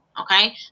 Okay